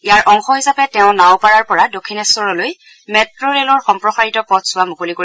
ইয়াৰ অংশ হিচাপে তেওঁ নাওপাৰাৰ পৰা দক্ষিণেশ্বৰলৈ মেট্ট ৰেলৰ সম্প্ৰসাৰিত পথছোৱা মুকলি কৰিব